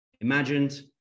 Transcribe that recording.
imagined